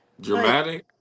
dramatic